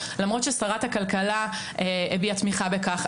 למרות ששרת הכלכלה הביעה תמיכה בכך,